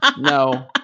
no